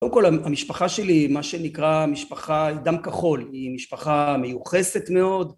קודם כל המשפחה שלי, מה שנקרא משפחה דם כחול, היא משפחה מיוחסת מאוד